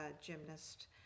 gymnast